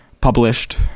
published